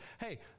hey